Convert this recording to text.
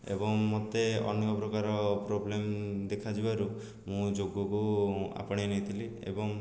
ଏବଂ ମୋତେ ଅନେକ ପ୍ରକାର ପ୍ରୋବ୍ଲେମ୍ ଦେଖାଯିବାରୁ ମୁଁ ଯୋଗକୁ ଆପଣେଇ ନେଇଥିଲି ଏବଂ